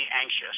anxious